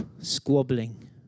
squabbling